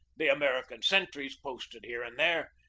the american sentries posted here and there,